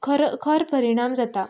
खरो खर परिणाम जाता